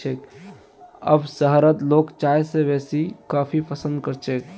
अब शहरत लोग चाय स बेसी कॉफी पसंद कर छेक